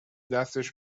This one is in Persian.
دستش